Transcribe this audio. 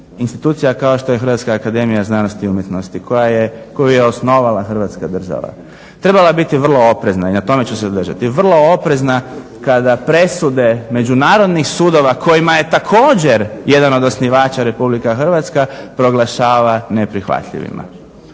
institucija kao što je HAZU koju je osnovala Hrvatska država trebala biti vrlo oprezna i na tome ću se zadržati. Vrlo oprezna kada presude međunarodnih sudova kojima je također jedan od osnivača RH proglašava neprihvatljivima.